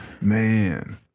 man